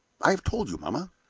i have told you, mamma.